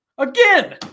Again